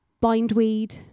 bindweed